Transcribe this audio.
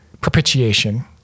propitiation